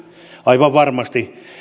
aivan varmasti